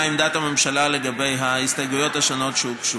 עמדת הממשלה לגבי ההסתייגויות השונות שהוגשו.